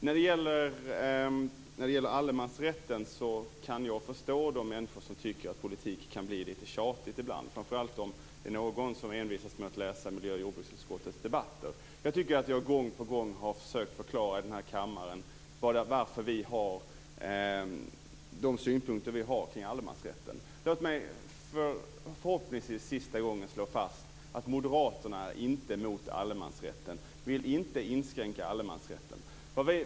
När det gäller allemansrätten kan jag förstå de människor som tycker att politik kan bli lite tjatigt ibland, och framför allt för dem som envisas med att läsa miljö och jordbruksutskottets debatter. Jag tycker att jag gång på gång i denna kammare har försökt att förklara varför vi har de synpunkter vi har kring allemansrätten. Låt mig för förhoppningsvis sista gången slå fast att Moderaterna inte är emot allemansrätten och inte vill inskränka allemansrätten.